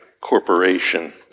corporation